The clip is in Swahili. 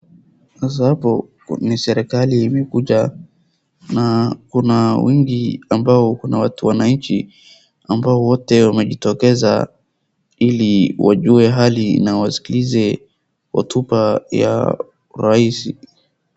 Sasa hapo ni serikali imekuja na kuna wingi ambao kuna watu wananchi ambao wote wamejitokeza ili wajue hali na wasikilize hotuba ya Rais.